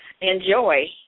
enjoy